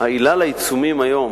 העילה לעיצומים היום,